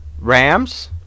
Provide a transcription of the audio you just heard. Rams